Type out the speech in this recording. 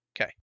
Okay